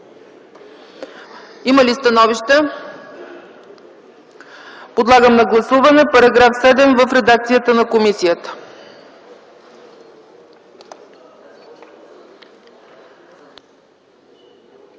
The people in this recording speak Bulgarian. Има ли становища? Подлагам на гласуване § 7 в редакцията на комисията.